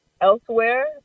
elsewhere